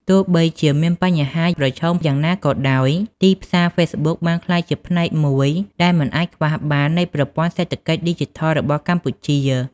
ទោះបីជាមានបញ្ហាប្រឈមយ៉ាងណាក៏ដោយ ទីផ្សារហ្វេសប៊ុកបានក្លាយជាផ្នែកមួយដែលមិនអាចខ្វះបាននៃប្រព័ន្ធសេដ្ឋកិច្ចឌីជីថលរបស់កម្ពុជា។